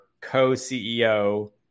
co-CEO